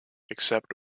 except